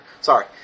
Sorry